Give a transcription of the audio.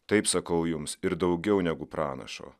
taip sakau jums ir daugiau negu pranašo